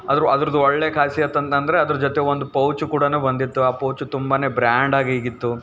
ಅದ್ರ ಅದ್ರದು ಒಳ್ಳೆ ಕಾಸಿಯತ್ ಅಂತಂದರೆ ಅದ್ರ ಜೊತೆ ಒಂದು ಪೌಚು ಕೂಡಾನು ಬಂದಿತ್ತು ಆ ಪೌಚು ತುಂಬಾ ಬ್ರ್ಯಾಂಡ್